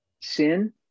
sin